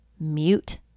mute